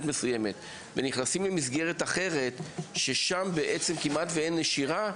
מסוימת ונכנסים למסגרת אחרת ששם בעצם כמעט ואין נשירה,